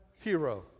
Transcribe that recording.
hero